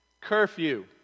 curfew